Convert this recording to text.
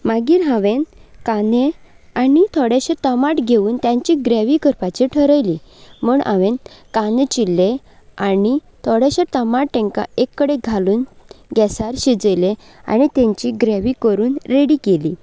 मागीर हांवें कांदे आनी थोडेशें टमाट घेवन तांची ग्रेवी करपाची थरयलें म्हूण हांवें कांदें चिरले आनी थोडेशे टमाट तांकां एके कडेन घालून गॅसार शिजयलें आनी तांची ग्रेवी करून रेडी केली